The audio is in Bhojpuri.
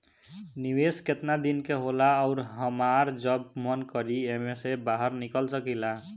निवेस केतना दिन के होला अउर हमार जब मन करि एमे से बहार निकल सकिला?